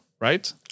right